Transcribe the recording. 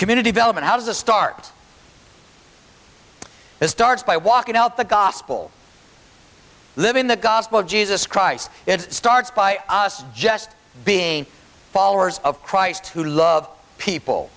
community development how does a start it starts by walking out the gospel living the gospel of jesus christ it starts by us just being followers of christ who love people